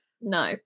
No